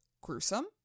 Gruesome